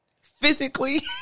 physically